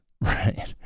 right